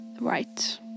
right